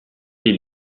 des